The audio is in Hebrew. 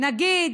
נגיד